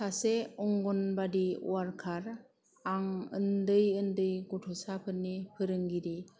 सासे अंगन बादि वारकार आं उनदै उनदै गथसाफोरनि फोरोंगिरि